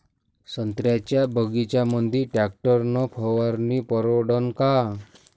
संत्र्याच्या बगीच्यामंदी टॅक्टर न फवारनी परवडन का?